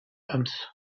أمس